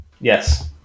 Yes